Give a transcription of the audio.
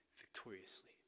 victoriously